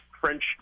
French